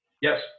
yes